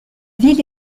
ville